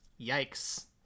yikes